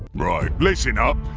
right, listen up!